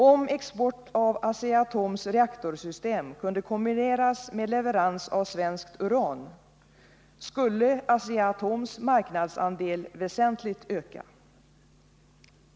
Om export av Asea Atoms reaktorsystem kunde kombineras med leverans av svenskt uran, skulle Asea-Atoms marknadsandel väsentligt öka.